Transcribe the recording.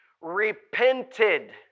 repented